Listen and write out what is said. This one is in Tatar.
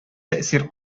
тәэсир